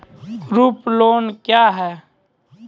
Group loan क्या है?